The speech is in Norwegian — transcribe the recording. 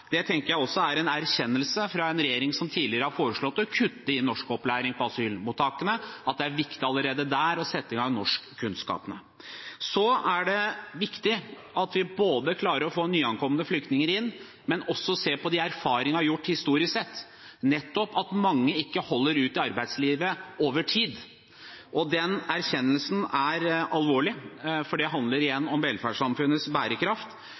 Det tenker jeg også er en erkjennelse fra en regjering som tidligere har foreslått å kutte i norskopplæring på asylmottakene: at det er viktig allerede der å sette i gang norskopplæringen. Så er det viktig at vi både klarer å få nyankomne flyktninger inn, og ser på de erfaringene vi har gjort historisk sett: at mange ikke holder ut i arbeidslivet over tid. Den erkjennelsen er alvorlig, for det handler igjen om velferdssamfunnets bærekraft,